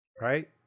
Right